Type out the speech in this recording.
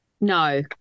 No